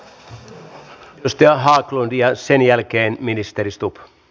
edustaja haglund ja sen jälkeen ministeri stubb